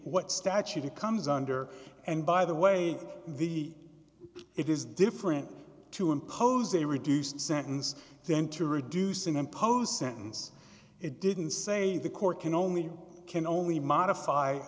what statute it comes under and by the way the it is different to impose a reduced sentence them to reduce impose sentence it didn't say the court can only can only modify